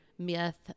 myth